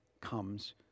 comes